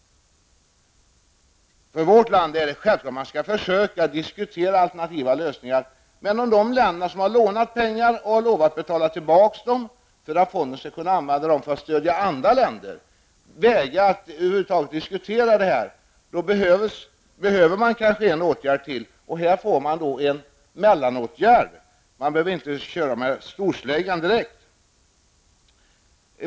För oss är det självklart att man skall försöka diskutera alternativa lösningar. Men om de länder som lånat pengar och lovat betala tillbaka dem, för att fonden skall kunna använda dem till att stödja andra länder, vägrar att över huvud taget diskutera detta, behöver man kanske en åtgärd till. Här får man en mellanåtgärd och behöver inte ta till storsläggan direkt.